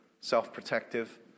self-protective